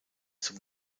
zum